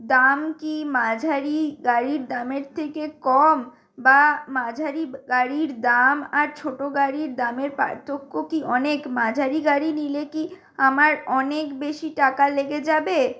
দাম কি মাঝারি গাড়ির দামের থেকে কম বা মাঝারি গাড়ির দাম আর ছোট গাড়ির দামের পার্থক্য কি অনেক মাঝারি গাড়ি নিলে কি আমার অনেক বেশি টাকা লেগে যাবে